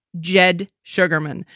jed sugarman,